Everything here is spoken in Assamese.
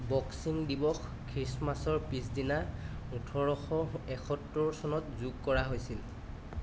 বক্সিং দিৱস খ্ৰীষ্টমাছৰ পিছদিনা ওঠৰশ একসত্তৰ চনত যোগ কৰা হৈছিল